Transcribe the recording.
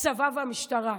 הצבא והמשטרה,